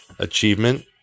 Achievement